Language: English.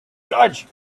judge